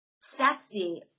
sexy